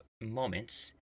moments